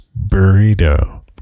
burrito